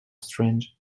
strange